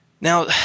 Now